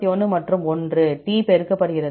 131 மற்றும் 1T பெருக்கப்படுகிறது